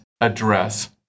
address